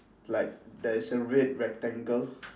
like there is a red rectangle